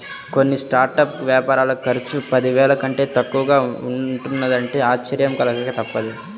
కొన్ని స్టార్టప్ వ్యాపారాల ఖర్చు పదివేల కంటే తక్కువగా ఉంటున్నదంటే ఆశ్చర్యం కలగక తప్పదు